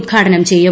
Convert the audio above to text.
ഉദ്ഘാടനം ചെയ്യും